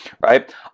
right